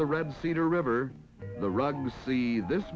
the red cedar river the rugs see this